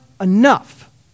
enough